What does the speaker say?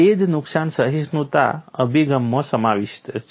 તે જ નુકસાન સહિષ્ણુતા અભિગમમાં સમાવિષ્ટ છે